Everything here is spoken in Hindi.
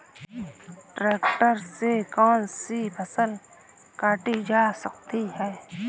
ट्रैक्टर से कौन सी फसल काटी जा सकती हैं?